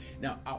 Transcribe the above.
Now